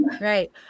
right